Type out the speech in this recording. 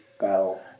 battle